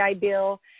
Bill